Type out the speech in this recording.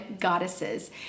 goddesses